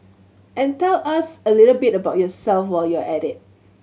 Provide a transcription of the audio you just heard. and tell us a little bit about yourself while you're at it